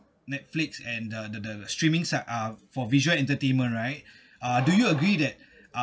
Netflix and the the the streaming site uh for visual entertainment right do you agree that